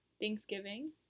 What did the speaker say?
Thanksgiving